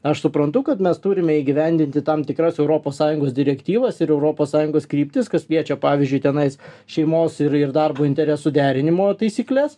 aš suprantu kad mes turime įgyvendinti tam tikras europos sąjungos direktyvas ir europos sąjungos kryptis kas liečia pavyzdžiui tenais šeimos ir ir darbo interesų derinimo taisykles